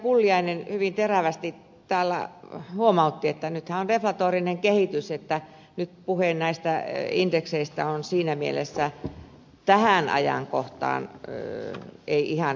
pulliainen hyvin terävästi täällä huomautti että nythän on deflatorinen kehitys että nyt puhe näistä indekseistä siinä mielessä tähän ajankohtaan ei ihan istu